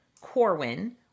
Corwin